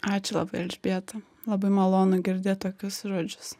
ačiū labai elžbieta labai malonu girdėt tokius žodžius